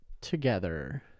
together